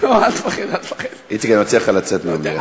אני פוחד ממה שהולך לבוא.